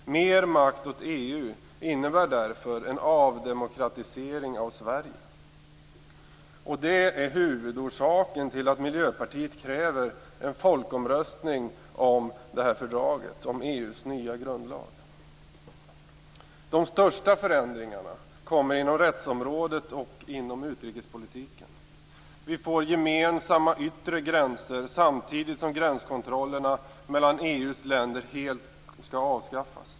Mer makt åt EU innebär därför en avdemokratisering av Sverige. Det är huvudorsaken till att Miljöpartiet kräver en folkomröstning om det här fördraget, om EU:s nya grundlag. Det största förändringarna kommer inom rättsområdet och inom utrikespolitiken. Vi får gemensamma yttre gränser samtidigt som gränskontrollerna mellan EU:s länder helt skall avskaffas.